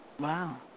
Wow